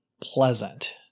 pleasant